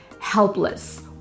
helpless